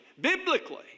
biblically